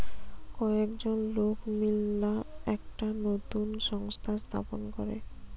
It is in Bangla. কয়েকজন লোক মিললা একটা নতুন সংস্থা স্থাপন করে